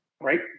right